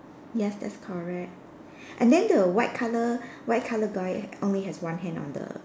yes that's correct and then the white colour white colour guy only has one hand on the